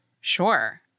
Sure